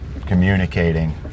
communicating